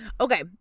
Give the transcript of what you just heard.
Okay